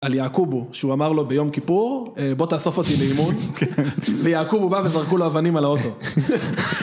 על יעקובו, שהוא אמר לו ביום כיפור, בוא תאסוף אותי לאימון ויעקובו בא וזרקו לו אבנים על האוטו